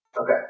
Okay